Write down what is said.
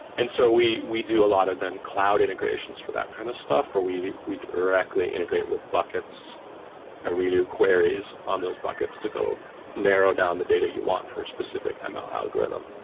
and so we we do a lot of then cloud integrations for that kind of stuff or we we directly integrate with buckets and we do queries on those buckets to go narrow down the data you want for a specific and ml algorithm,